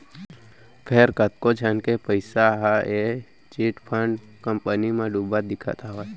फेर कतको झन के पइसा ह ए चिटफंड कंपनी म डुबत दिखत हावय